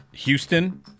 Houston